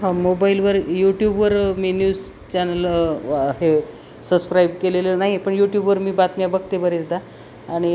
हां मोबाईलवर यूट्यूबवर मी न्यूज चॅनल हे सबस्क्राईब केलेलं नाही पण यूट्यूबवर मी बातम्या बघते बरेचदा आणि